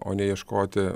o ne ieškoti